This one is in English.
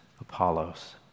Apollos